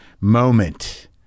moment